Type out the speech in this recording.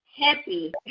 happy